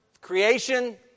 creation